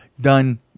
done